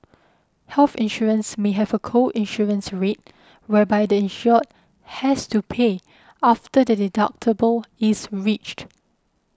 health insurance may have a co insurance rate whereby the insured has to pay after the deductible is reached